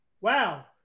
wow